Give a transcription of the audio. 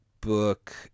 book